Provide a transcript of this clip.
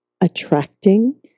attracting